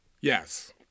Yes